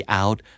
out